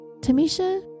Tamisha